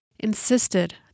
insisted